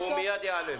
הוא יעלה מיד.